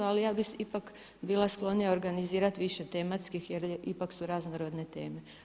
Ali ja bih ipak bila sklonija organizirati više tematskih, jer ipak su raznorodne teme.